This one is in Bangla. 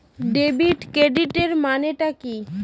ডেবিট ক্রেডিটের মানে টা কি?